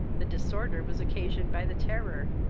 the disorder was occasioned by the terror,